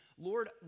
Lord